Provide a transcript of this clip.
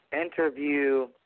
interview